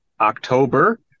October